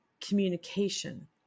communication